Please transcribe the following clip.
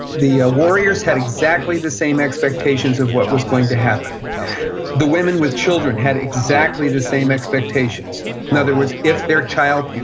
the ah warriors had exactly the same expectations of what was going to happen the women with children had exactly the same expectations. in other words, if their child,